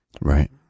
Right